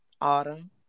Autumn